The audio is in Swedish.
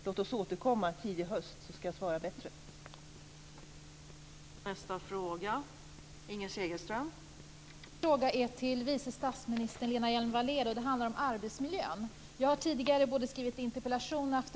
Låt oss återkomma tidig höst så ska jag ge ett bättre svar.